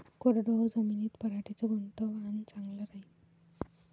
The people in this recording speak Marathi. कोरडवाहू जमीनीत पऱ्हाटीचं कोनतं वान चांगलं रायीन?